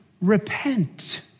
repent